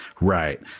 Right